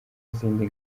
izindi